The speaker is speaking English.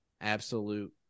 absolute